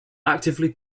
actively